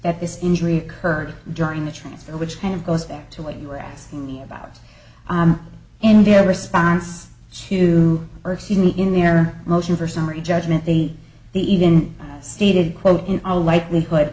that this injury occurred during the transfer which kind of goes back to what you were asking me about in their response to earth in their motion for summary judgment they the even stated quote in all likelihood